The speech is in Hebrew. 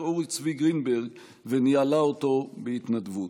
אורי צבי גרינברג וניהלה אותו בהתנדבות.